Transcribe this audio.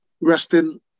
resting